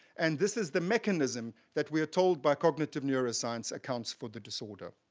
and this is the mechanism that we are told by cognitive neuroscience accounts for the disorder.